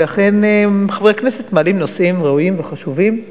ואכן חברי הכנסת מעלים נושאים ראויים וחשובים,